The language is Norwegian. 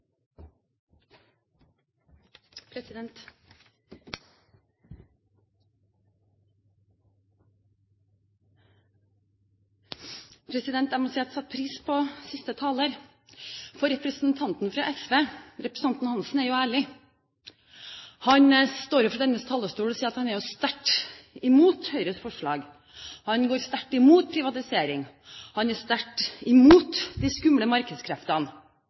3 minutter. Jeg må si jeg satte pris på innlegget til siste taler. Representanten Geir-Ketil Hansen fra SV er jo ærlig. Han står på denne talerstolen og sier han er sterkt imot Høyres forslag. Han går sterkt imot privatisering. Han er sterkt imot de «skumle» markedskreftene.